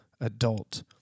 adult